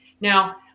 Now